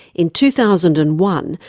in two thousand and one,